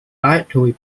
dietary